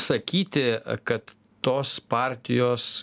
sakyti kad tos partijos